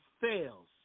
fails